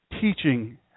teaching